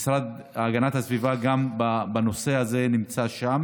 המשרד להגנת הסביבה גם נמצא שם